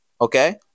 Okay